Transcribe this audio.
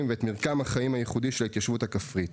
ואת מרקם החיים הייחודי של ההתיישבות הכפרית.